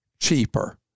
cheaper